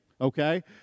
okay